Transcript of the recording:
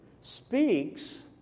speaks